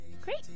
Great